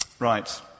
Right